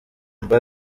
mba